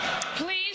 Please